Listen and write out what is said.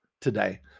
today